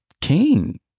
king